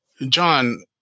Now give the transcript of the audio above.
John